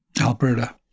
Alberta